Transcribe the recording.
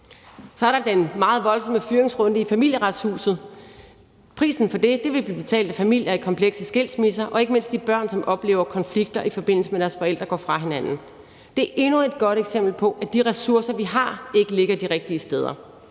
Så er der den meget voldsomme fyringsrunde i Familieretshuset. Prisen for det vil blive betalt af familier i komplekse skilsmisser og ikke mindst de børn, som oplever konflikter i forbindelse med, at deres forældre går fra hinanden. Det er endnu et godt eksempel på, at de ressourcer, vi har, ikke ligger de rigtige steder.